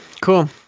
cool